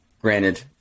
granted